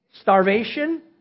Starvation